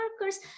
workers